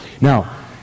Now